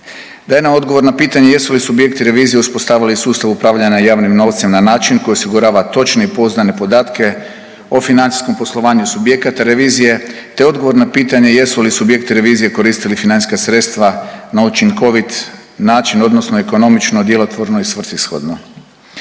Daje nam odgovor na pitanje jesu li subjekti revizije uspostavili sustav upravljanja javnim novcem na način koji osigurava točne i pouzdane podatke o financijskom poslovanju subjekata revizije te odgovor na pitanje jesu li subjekti revizije koristili financijska sredstva na učinkovit način odnosno ekonomično, djelotvorno i svrsishodno.